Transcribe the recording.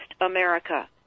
America